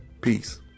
Peace